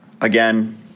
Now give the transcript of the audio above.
again